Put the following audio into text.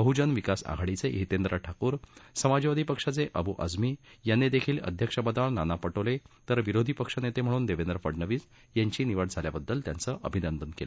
बहुजन विकास आघाडीचे हितेंद्र ठाकूर समाजवादी पक्षाचे अबु आझमी यांनी देखील अध्यक्षपदावर नाना पटोले तर विरोधीपक्षनेते म्हणून देवेद्र फडणवीस यांची निवड झाल्याबद्दल त्यांचं अभिनंदन केलं